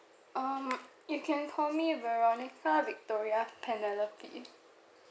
um you can call me veronica victoria panalotti